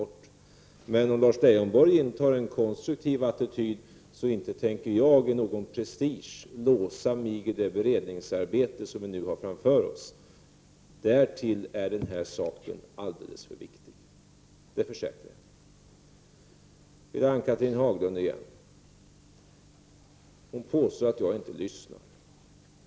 Om Lars Leijonborg intar en konstruktiv attityd, så tänker inte jag av prestige låsa mig i det beredningsarbete som vi nu har framför oss. Därtill är frågan alldeles för viktig. Det försäkrar jag. Ann-Cathrine Haglund påstår att jag inte lyssnar.